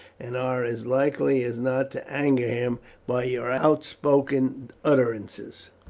and are as likely as not to anger him by your outspoken utterances.